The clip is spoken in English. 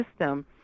system